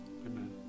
Amen